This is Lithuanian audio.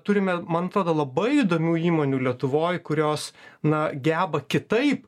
turime man labai įdomių įmonių lietuvoj kurios na geba kitaip